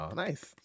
nice